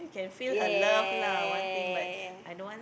yeah yeah yeah yeah yeah yeah yeah yeah